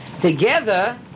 together